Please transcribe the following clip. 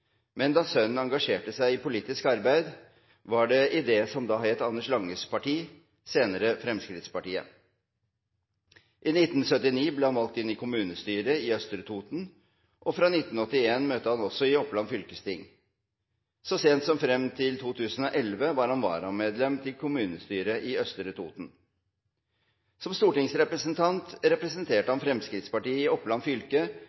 men da sønnen engasjerte seg i politisk arbeid, var det i det som da het Anders Langes Parti, senere Fremskrittspartiet. I 1979 ble han valgt inn i kommunestyret i Østre Toten, og fra 1981 møtte han også i Oppland fylkesting. Så sent som frem til 2011 var han varamedlem til kommunestyret i Østre Toten. Som stortingsrepresentant representerte han Fremskrittspartiet i Oppland fylke